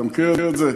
אתה מכיר את זה.